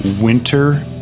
winter